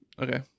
Okay